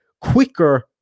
quicker